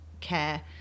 care